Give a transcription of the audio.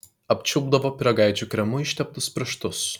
apčiulpdavo pyragaičių kremu išteptus pirštus